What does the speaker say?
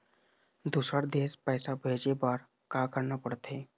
दुसर देश पैसा भेजे बार का करना पड़ते?